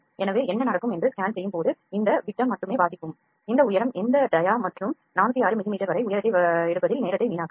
எனவே என்ன நடக்கும் என்று ஸ்கேன் செய்யும்போது இந்த டயாவை விட்டம் மட்டுமே வாசிப்போம் இந்த உயரம் இந்த டயா மற்றும் 406 மிமீ வரை உயரத்தை வாசிப்பதில் நேரத்தை வீணாக்காது